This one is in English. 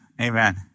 Amen